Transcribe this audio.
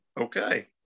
Okay